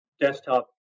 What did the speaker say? desktop